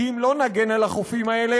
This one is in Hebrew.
כי אם לא נגן על החופים האלה,